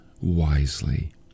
wisely